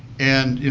and you